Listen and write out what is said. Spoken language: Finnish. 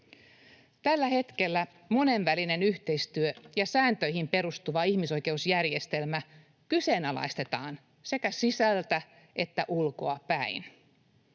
Tällä hetkellä monenvälinen yhteistyö ja sääntöihin perustuva ihmisoikeusjärjestelmä kyseenalaistetaan sekä sisältä‑ että ulkoapäin.